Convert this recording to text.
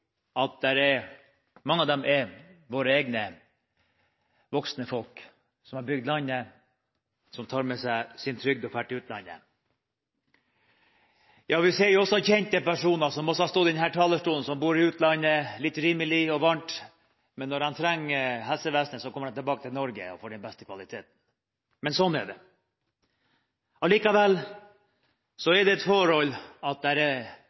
at mange av dem er våre egne, voksne folk, som har bygd landet, som tar med seg sin trygd og drar til utlandet. Ja, vi ser jo også kjente personer, som også har stått på denne talerstolen, som bor i utlandet – litt rimelig og varmt – men når de trenger helsevesenet, så kommer de tilbake til Norge og får den beste kvaliteten. Sånn er det. Men det er også et forhold at